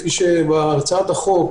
לפי הצעת החוק,